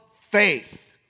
faith